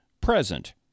Present